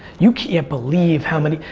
you can't believe how many,